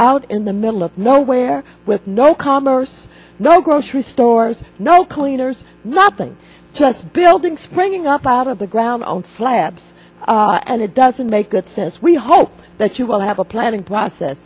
out in the middle of nowhere with no commerce no grocery stores no cleaners nothing just building springing up probably ground slabs and it doesn't make good sense we hope that you will have a planning process